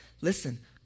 Listen